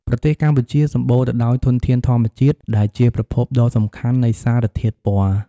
ប្រទេសកម្ពុជាសម្បូរទៅដោយធនធានធម្មជាតិដែលជាប្រភពដ៏សំខាន់នៃសារធាតុពណ៌។